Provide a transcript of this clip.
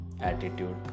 attitude